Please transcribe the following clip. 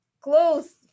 close